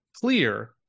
clear